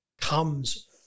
comes